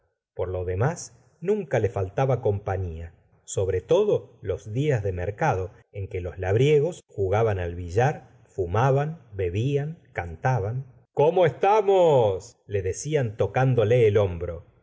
por lo demás nunca le faltaba compañia sobre todo los dias de mercado en que los labriegos jugaban al billar fumaban bebían cantaban cómo estamos la decía n tocá ndole en el hqmbro